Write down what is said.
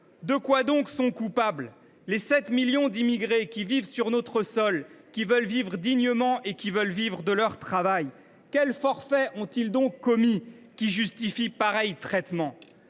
De quoi donc sont coupables les sept millions d’immigrés qui vivent sur notre sol, qui veulent vivre dignement de leur travail ? Quels forfaits ont ils donc commis, qui justifient pareil traitement ?